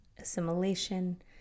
assimilation